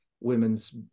women's